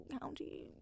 county